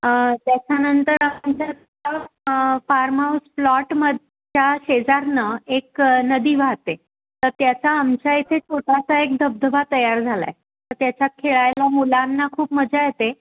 त्याच्यानंतर आमच्या farm house प्लॉटमच्या शेजारनं एक नदी वाहते तर त्याचा आमच्या इथे छोटासा एक धबधबा तयार झाला आहे तर त्याच्यात खेळायला मुलांना खूप मजा येते